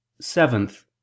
Seventh